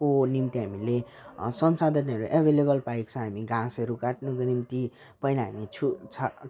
को निम्ति हामीले संसाधनहरू एभाइलेबल पाएको छ हामी घाँसहरू काट्नुको निम्ति पहिला हामी छु छा